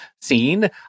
scene